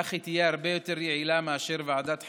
כך היא תהיה הרבה יותר יעילה מאשר ועדת חקירה,